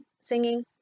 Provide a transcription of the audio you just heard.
singing